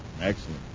Excellent